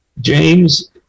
James